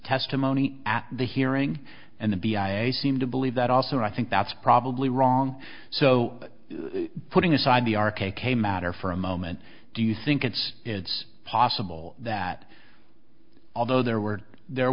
testimony at the hearing and the b i a seem to believe that also i think that's probably wrong so putting aside the r k k matter for a moment do you think it's it's possible that although there were there